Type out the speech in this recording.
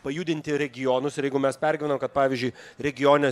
pajudinti regionus ir jeigu mes pergyvenam kad pavyzdžiui regione